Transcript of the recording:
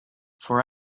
for